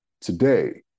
Today